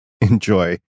enjoy